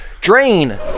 drain